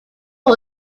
los